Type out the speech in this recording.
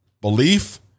belief